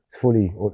Fully